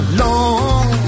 long